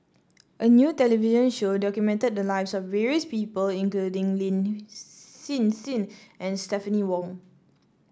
a new television show documented the lives of various people including Lin Hsin Hsin and Stephanie Wong